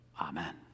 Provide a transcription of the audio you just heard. Amen